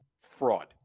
fraud